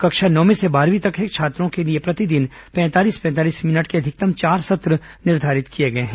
कक्षा नवमीं से बारहवीं तक के छात्रों के लिए प्रतिदिन पैंतालीस पैंतालीस मिनट के अधिकतम चार सत्र निर्धारित किए गए हैं